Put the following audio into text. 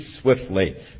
swiftly